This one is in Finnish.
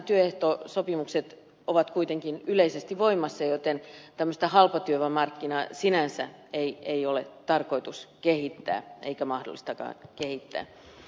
suomessahan työehtosopimukset ovat kuitenkin yleisesti voimassa joten tämmöistä halpatyövoimamarkkinaa sinänsä ei ole tarkoitus kehittää eikä mahdollistakaan kehittää